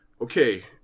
Okay